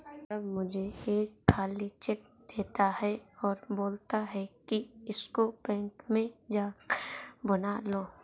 सौरभ मुझे एक खाली चेक देता है और बोलता है कि इसको बैंक में जा कर भुना लो